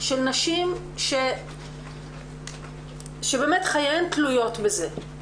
של נשים שבאמת חייהן תלויות בזה.